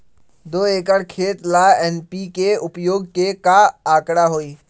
दो एकर खेत ला एन.पी.के उपयोग के का आंकड़ा होई?